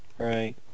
Right